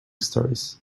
stories